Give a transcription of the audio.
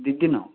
ଦୁଇଦିନ